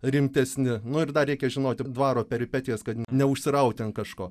rimtesni nu ir dar reikia žinoti dvaro peripetijas kad neužsirauti ant kažko